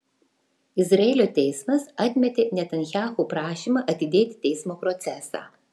izraelio teismas atmetė netanyahu prašymą atidėti teismo procesą